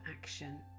action